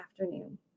afternoon